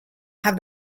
have